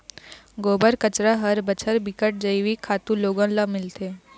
गोबर, कचरा हर बछर बिकट जइविक खातू लोगन ल मिलथे